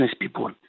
people